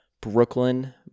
Brooklyn